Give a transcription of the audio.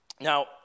Now